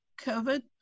COVID